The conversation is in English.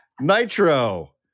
Nitro